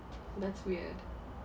that's weird